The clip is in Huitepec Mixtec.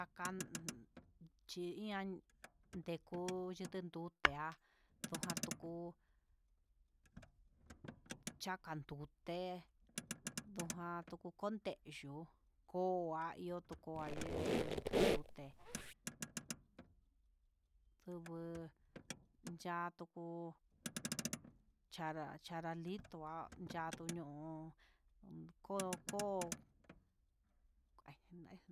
Akan chi ian nduku chiten ndute an, ndujuan tuku chakan nduté ndojan tuku kontexhió ndu koá ihó tukua he ñoche'e itun nduté ndubu ya'a tuku chara charalito yatuño'o ndoko ahí ngomei.